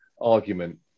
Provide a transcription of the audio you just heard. argument